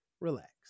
Relax